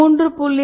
3